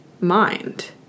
mind